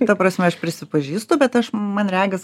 ta prasme aš prisipažįstu bet aš man regis